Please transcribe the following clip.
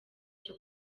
cyo